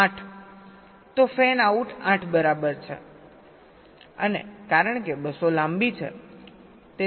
તો fan out 8 બરાબર છે અને કારણ કે બસો લાંબી છે